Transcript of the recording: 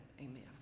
amen